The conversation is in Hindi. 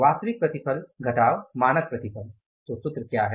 वास्तविक प्रतिफल घटाव मानक प्रतिफल तो सूत्र क्या है